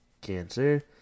cancer